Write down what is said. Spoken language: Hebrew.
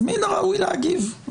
מן הראוי להגיב,